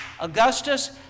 Augustus